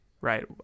right